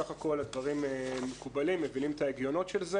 בסך הכול הדברים מקובלים, מבינים את ההיגיון של זה